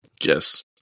Yes